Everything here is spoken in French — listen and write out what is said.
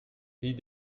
pays